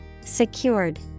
secured